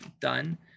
done